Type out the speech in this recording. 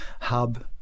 hub